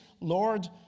Lord